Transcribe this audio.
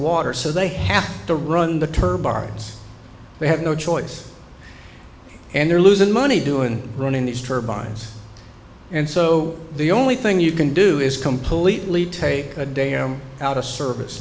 water so they have to run the turbulence they have no choice and they're losing money doing running these turbines and so the only thing you can do is completely take a day i'm out of service